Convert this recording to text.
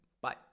bye